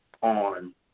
on